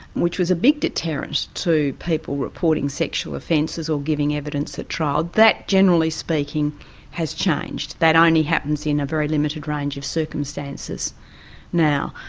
which was a big deterrent to people reporting sexual offences or giving evidence at trial, that generally speaking has changed. that only happens in a very limited range of circumstances now.